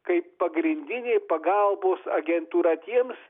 kaip pagrindinė pagalbos agentūra tiems